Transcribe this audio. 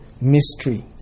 mystery